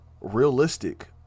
realistic